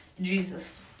Jesus